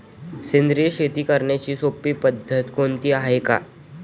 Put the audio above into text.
सेंद्रिय शेती करण्याची सोपी पद्धत कोणती आहे का?